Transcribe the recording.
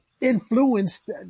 influenced